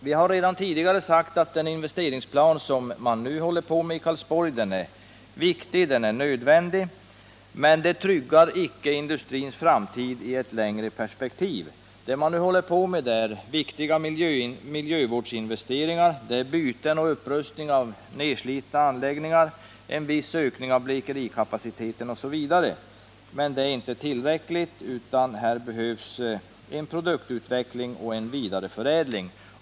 Vi har redan tidigare sagt att den investeringsplan man nu arbetar med i Karlsborg är riktig och nödvändig, men den tryggar inte industrins framtid i ett längre perspektiv. Det man nu håller på med där — viktiga miljövårdsinvesteringar, byten och upprustning av nedslitna anläggningar, en viss ökning av blekerikapaciteten —är inte tillräckligt, utan det behövs en produktutveckling och en vidareförädling.